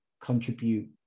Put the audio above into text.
contribute